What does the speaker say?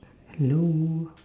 hello